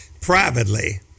privately